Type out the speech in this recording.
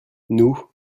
nous